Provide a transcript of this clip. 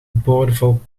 boordevol